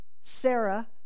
Sarah